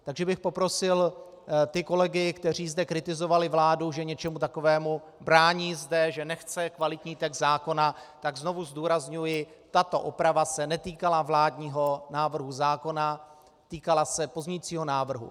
Takže bych poprosil ty kolegy, kteří zde kritizovali vládu, že něčemu takovému zde brání, že nechce kvalitní text zákona, tak znovu zdůrazňuji, tato oprava se netýkala vládního návrhu zákona, týkala se pozměňovacího návrhu.